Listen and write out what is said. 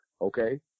okay